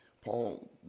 Paul